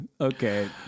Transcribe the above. Okay